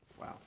Wow